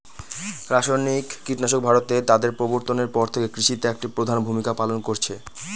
রাসায়নিক কীটনাশক ভারতে তাদের প্রবর্তনের পর থেকে কৃষিতে একটি প্রধান ভূমিকা পালন করেছে